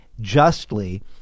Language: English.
justly